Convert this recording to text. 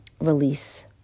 release